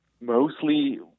mostly